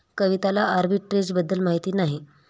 कविताला आर्बिट्रेजबद्दल माहिती नाही